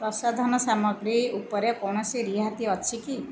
ପ୍ରସାଧନ ସାମଗ୍ରୀ ଉପରେ କୌଣସି ରିହାତି ଅଛି କି